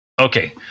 Okay